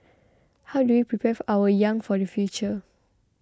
how do we prepare for our young for the future